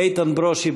איתן ברושי,